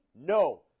No